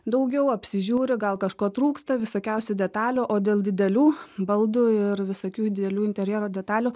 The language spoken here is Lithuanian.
daugiau apsižiūri gal kažko trūksta visokiausių detalių o dėl didelių baldų ir visokių didelių interjero detalių